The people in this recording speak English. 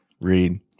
read